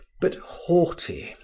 but haughty,